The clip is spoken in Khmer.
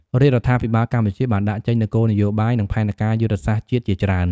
រាជរដ្ឋាភិបាលកម្ពុជាបានដាក់ចេញនូវគោលនយោបាយ និងផែនការយុទ្ធសាស្ត្រជាតិជាច្រើន។